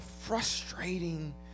frustrating